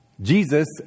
Jesus